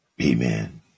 Amen